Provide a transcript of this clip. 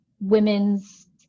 women's